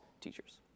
teachers